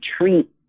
treat